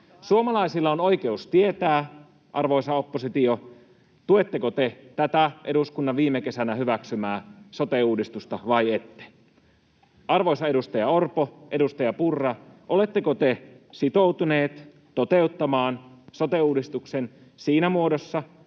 Suomalaisilla on oikeus tietää, arvoisa oppositio, tuetteko te tätä eduskunnan viime kesänä hyväksymää sote-uudistusta vai ette. Arvoisa edustaja Orpo, edustaja Purra, oletteko te sitoutuneet toteuttamaan sote-uudistuksen siinä muodossa